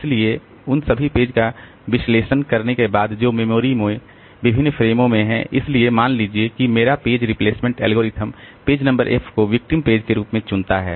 इसलिए उन सभी पेज का विश्लेषण करने के बाद जो मेमोरी में विभिन्न फ़्रेमों में हैं इसलिए मान लीजिए कि मेरा page replacement algorithm page number f को विक्टिम पेज के रूप में चुनता है